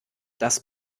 das